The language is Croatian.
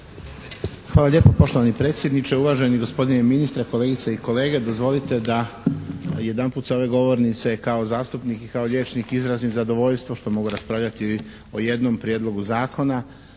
Hvala lijepa poštovani predsjedniče. Uvaženi gospodine ministre, kolegice i kolege, dozvolite da jedanput sa ove govornice kao zastupnik i kao liječnik izrazim zadovoljstvo što mogu raspravljati o jednom prijedlogu zakona